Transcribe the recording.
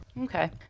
Okay